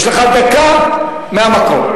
יש לך דקה מהמקום.